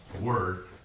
word